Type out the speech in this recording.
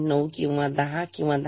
9 किंवा 10 किंवा 10